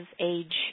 age